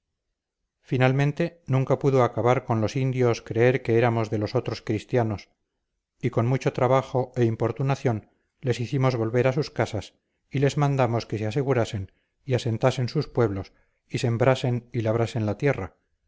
finalmente nunca pudo acabar con los indios creer que éramos de los otros cristianos y con mucho trabajo e importunación les hicimos volver a sus casas y les mandamos que se asegurasen y asentasen sus pueblos y sembrasen y labrasen la tierra